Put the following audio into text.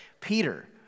Peter